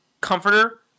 comforter